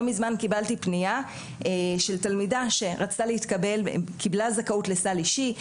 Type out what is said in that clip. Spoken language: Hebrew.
לא מזמן קיבלתי פנייה של תלמידה שקיבלה זכאות לסל אישי,